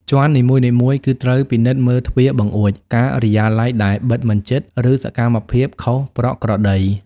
ជាន់នីមួយៗ គឺត្រូវពិនិត្យមើលទ្វារបង្អួច ការិយាល័យដែលបិទមិនជិត ឬសកម្មភាពខុសប្រក្រតី។